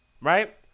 right